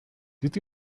did